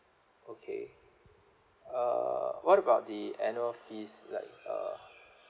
okay uh what about the annual fees like uh